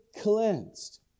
cleansed